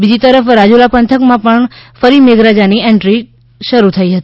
બીજી તરફ રાજુલા પંથકમા પણ ફરી મેઘરાજાની એન્ટ્રી થઇ હતી